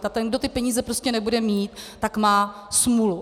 A ten, kdo ty peníze prostě nebude mít, tak má smůlu.